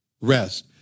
rest